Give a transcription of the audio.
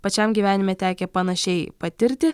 pačiam gyvenime tekę panašiai patirti